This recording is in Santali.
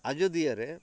ᱟᱡᱚᱫᱤᱭᱟᱹᱨᱮ